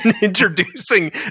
introducing